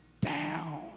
down